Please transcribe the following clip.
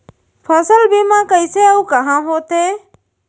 फसल बीमा कइसे अऊ कहाँ होथे?